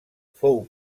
fou